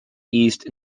east